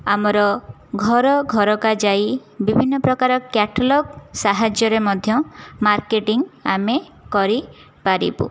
ଆମର ଘର ଘରକା ଯାଇ ବିଭିନ୍ନ ପ୍ରକାର କ୍ୟାଟାଲଗ୍ ସାହାଯ୍ୟରେ ମଧ୍ୟ ମାର୍କେଟିଂ ଆମେ କରିପାରିବୁ